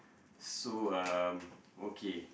so um okay